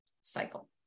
cycle